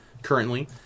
currently